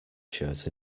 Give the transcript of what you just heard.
shirt